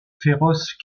féroces